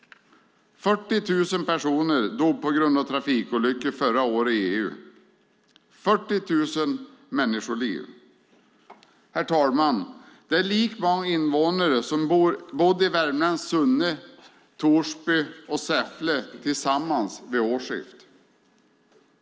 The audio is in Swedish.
40 000 personer dog på grund av trafikolyckor förra året i EU - 40 000 människoliv. Det är lika många invånare som bodde i värmländska Sunne, Torsby och Säffle tillsammans vid årsskiftet.